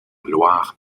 loire